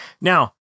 now